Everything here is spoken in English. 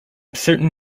certain